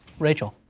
rachel,